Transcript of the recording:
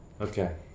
Okay